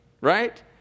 right